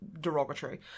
derogatory